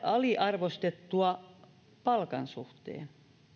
aliarvostettua palkan suhteen